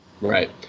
right